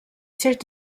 siège